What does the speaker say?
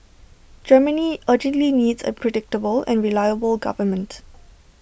Germany urgently needs A predictable and reliable government